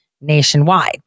nationwide